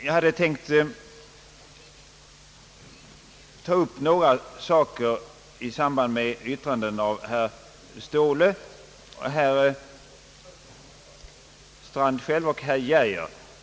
Jag hade tänkt ta upp några saker i samband med yttranden av herrar Ståhle, Strand och Geijer.